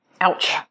ouch